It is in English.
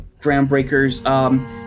groundbreakers